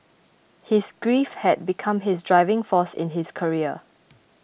his grief had become his driving force in his career